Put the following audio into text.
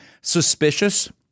suspicious